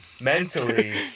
mentally